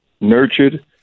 nurtured